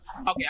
Okay